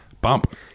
Bump